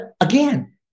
again